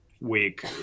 week